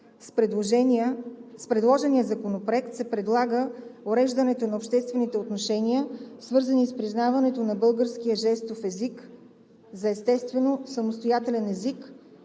С предложения законопроект се предлага уреждането на обществените отношения, свързани с признаването на българския жестов език, за естествено самостоятелен език